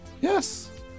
Yes